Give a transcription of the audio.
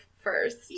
first